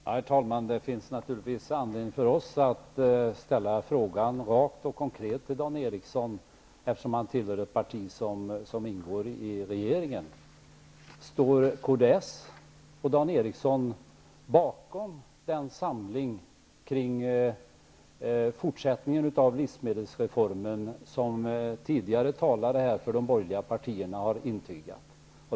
Herr talman! Det finns naturligtvis anledning för oss att ställa frågan rakt och konkret till Dan Ericsson, eftersom han tillhör ett parti som ingår i regeringen: Står kds och Dan Ericsson i Kolmården bakom den samling kring fortsättningen av livsmedelsreformen som tidigare talare för de borgerliga partierna har intygat?